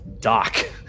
Doc